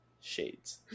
shades